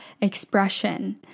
expression